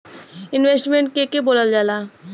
Investment के के बोलल जा ला?